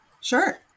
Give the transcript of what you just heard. Sure